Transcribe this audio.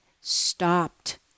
stopped